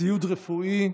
אין.